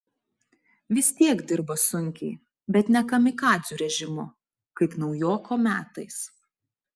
vis tiek dirba sunkiai bet ne kamikadzių režimu kaip naujoko metais